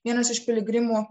vienas iš piligrimų